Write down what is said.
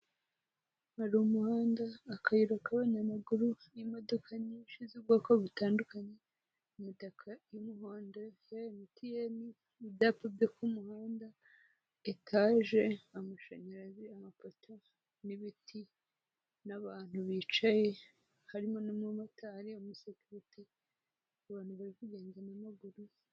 Hari umuhanda, akayira k'abanyamaguru, hari imodoka nyinshi z'ubwoko butandukanye, imitaka y'umuhondo ya MTN, ibyapa byo ku muhanda, etaje, amashanyarazi, amapoto n'ibiti n'abantu bicaye, harimo n'umumotari, umusekirite, abantu bari kugenda n'amaguru,,,